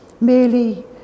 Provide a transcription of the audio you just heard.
merely